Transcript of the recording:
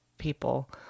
people